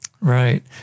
Right